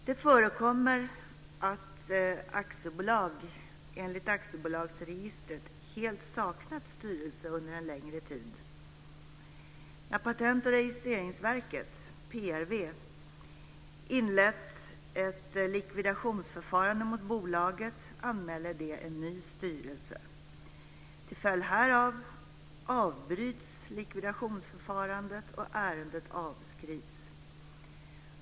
Det förekommer att aktiebolag enligt aktiebolagsregistret helt saknat styrelse under en längre tid. När Patent och registreringsverket - PRV - inlett ett likvidationsförfarande mot bolaget anmäler det en ny styrelse. Till följd härav avbryts likvidationsförfarandet, och ärendet avskrivs.